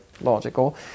logical